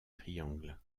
triangle